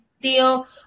deal